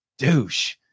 Douche